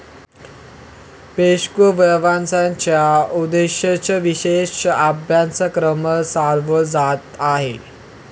पोषक व्यवस्थापनाच्या उद्देशानेच विशेष अभ्यासक्रम चालवला जात आहे